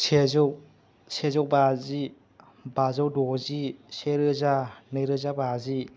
सेजौ सेजौ बाजि बाजौ दजि सेरोजा नैरोजा बाजि